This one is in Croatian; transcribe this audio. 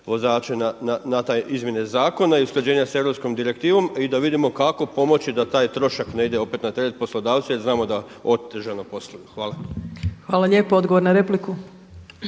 vozače na te izmjene zakona i usklađenja sa europskom direktivom i da vidimo kako pomoći da taj trošak ne ide opet na teret poslodavca, jer znamo da otežano posluju. Hvala. **Opačić, Milanka (SDP)** Hvala lijepo. Odgovor na repliku.